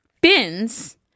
bins